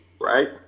right